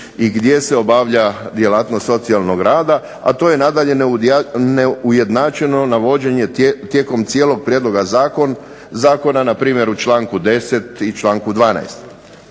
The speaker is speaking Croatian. i gdje se obavlja djelatnost socijalnog rada, a to je nadalje neujednačeno navođenje tijekom cijelog prijedloga zakona. Na primjer u članku 10. i članku 12.